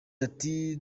ati